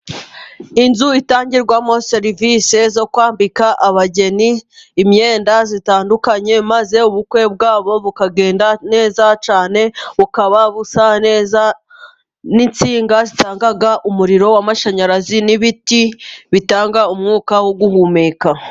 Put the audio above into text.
Inzu itangirwamo serivisi zo kwambika abageni, imyenda itandukanye, maze ubukwe bwabo bukagenda neza cyane, bukaba busa neza, n'insinga zitanga umuriro w'amashanyarazi, n'ibiti bitanga umwuka wo guhumeka.